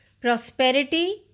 Prosperity